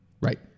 right